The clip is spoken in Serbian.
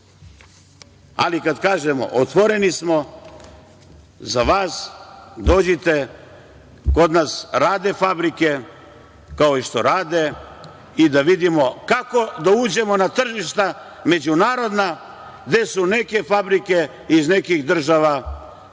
Ali kada kažemo – otvoreni smo za vas, dođite, kod nas rade fabrike kao i što rade i da vidimo kako da uđemo na tržišta međunarodna gde su neke fabrike iz nekih država